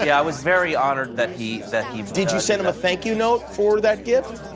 yeah i was very honored that he that he did you send him a thank you note for that gift?